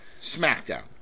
SmackDown